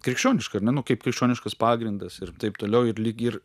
krikščioniška ar ne nu kaip krikščioniškas pagrindas ir taip toliau ir lyg ir